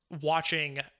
watching